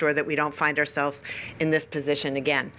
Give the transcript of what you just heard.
sure that we don't find ourselves in this position again